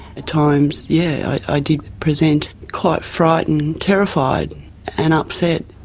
at times yeah i did present quite frightened, terrified and upset.